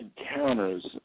encounters